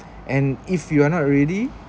and if you're not ready